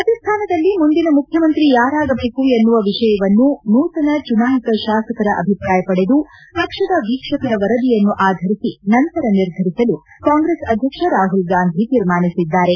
ರಾಜಾಸ್ತಾನದಲ್ಲಿ ಮುಂದಿನ ಮುಖ್ಯಮಂತ್ರಿ ಯಾರಾಗಬೇಕು ಎನ್ನುವ ವಿಷಯವನ್ನು ನೂತನ ಚುನಾಯಿತ ಶಾಸಕರ ಅಭಿಪ್ರಾಯಪಡೆದು ಪಕ್ಷದ ವೀಕ್ಷಕರ ವರದಿಯನ್ನು ಆಧರಿಸಿ ನಂತರ ನಿರ್ಧರಿಸಲು ಕಾಂಗ್ರೆಸ್ ಅಧ್ಯಕ್ಷ ರಾಹುಲ್ ಗಾಂಧಿ ತೀರ್ಮಾನಿಸಿದ್ದಾರೆ